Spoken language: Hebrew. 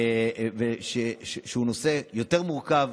שזה נושא יותר מורכב,